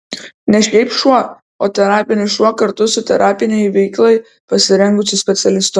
ne šiaip šuo o terapinis šuo kartu su terapinei veiklai pasirengusiu specialistu